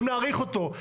האם להאריך אותו.